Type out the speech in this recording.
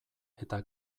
eta